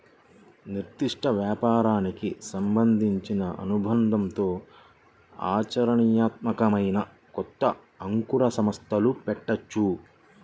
నిర్దిష్ట వ్యాపారానికి సంబంధించిన అనుభవంతో ఆచరణీయాత్మకమైన కొత్త అంకుర సంస్థలు పెట్టొచ్చు